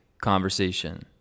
conversation